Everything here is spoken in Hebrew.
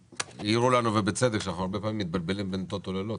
העירו לנו שהרבה פעמים אנחנו מתבלבלים בין טוטו ולוטו.